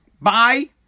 Bye